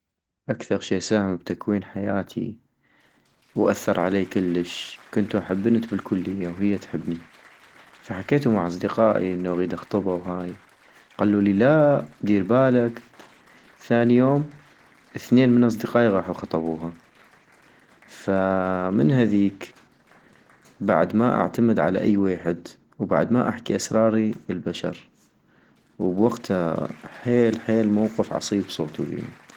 اكثغ شي ساهم بتكوين حياتي واثر علي كلش ، كنتو احب بنت بالكلية وهي تحبني - فحكيتو مع اصدقائي انو اغيد اخطبا وهاي، قلولي لأ ديربالك - ثاني يوم ثنين من اصدقائي غاحو خطبوها - فمن هذيك بعد ما اعتمد على أي ويحد وبعد ما احكي اسراري للبشر ، وبوقتا حيل حيل موقف عصيب صغتو بينو